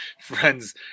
friends